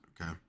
okay